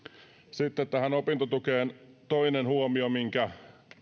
sitten tähän opintotukeen toinen huomio minkä